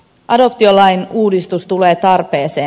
adoptiolain uudistus tulee tarpeeseen